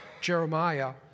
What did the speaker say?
Jeremiah